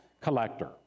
collector